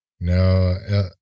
No